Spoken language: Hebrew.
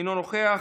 אינו נוכח,